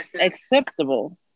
acceptable